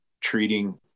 treating